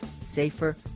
safer